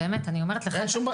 אין שום בלגן.